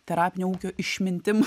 terapinio ūkio išmintim